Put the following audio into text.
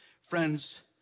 Friends